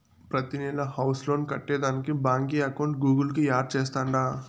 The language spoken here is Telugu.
ప్రతినెలా హౌస్ లోన్ కట్టేదానికి బాంకీ అకౌంట్ గూగుల్ కు యాడ్ చేస్తాండా